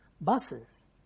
buses